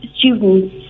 students